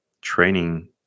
training